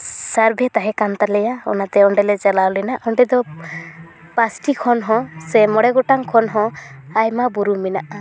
ᱥᱟᱨᱵᱷᱮ ᱛᱟᱦᱮᱸ ᱠᱟᱱ ᱛᱟᱞᱮᱭᱟ ᱚᱱᱟᱛᱮ ᱚᱸᱰᱮᱞᱮ ᱪᱟᱞᱟᱣ ᱞᱮᱱᱟ ᱚᱸᱰᱮ ᱫᱚ ᱯᱟᱸᱪᱴᱤ ᱠᱷᱚᱱ ᱦᱚᱸ ᱥᱮ ᱢᱚᱬᱮ ᱜᱚᱴᱟᱝ ᱠᱷᱚᱱ ᱦᱚᱸ ᱟᱭᱢᱟ ᱵᱩᱨᱩ ᱢᱮᱱᱟᱜᱼᱟ